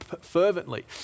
fervently